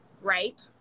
right